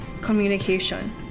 communication